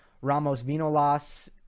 Ramos-Vinolas